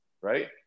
right